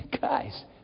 Guys